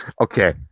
Okay